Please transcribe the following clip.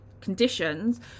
conditions